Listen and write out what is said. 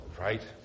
right